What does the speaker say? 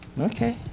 Okay